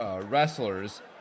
wrestlers